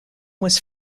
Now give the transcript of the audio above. was